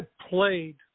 played